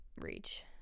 reach